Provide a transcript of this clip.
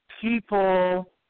people